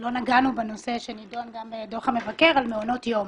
שלא נגענו בנושא שנדון גם בדוח המבקר על מעונות יום.